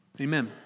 Amen